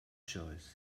choice